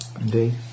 Indeed